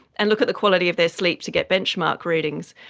and look at the quality of their sleep to get benchmarked readings,